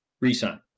Resign